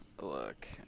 Look